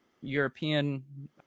European